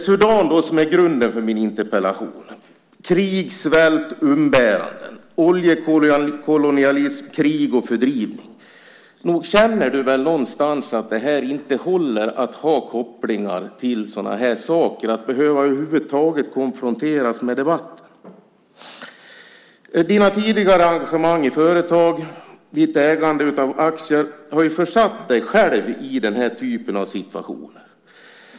Sudan är grunden för min interpellation, med krig, svält, umbäranden, oljekolonialism, krig och fördrivning. Nog känner du väl någonstans att det inte håller att ha kopplingar till sådana här saker, att över huvud taget behöva konfronteras med det i debatter. Dina tidigare engagemang i företag och ditt ägande av aktier har försatt dig själv i den här typen av situationer.